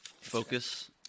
focus